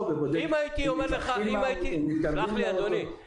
ובודקת אם הם מתרחקים או מתקרבים לאוטו.